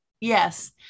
Yes